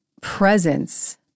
presence